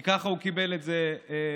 כי ככה הוא קיבל את זה מהממשלה.